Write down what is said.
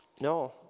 No